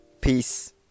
peace